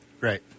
Right